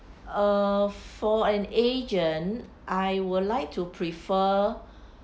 err for an agent I would like to prefer